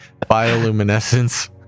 bioluminescence